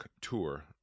tour